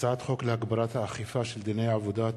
הצעת חוק להגברת האכיפה של דיני העבודה,